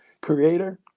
creator